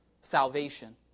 salvation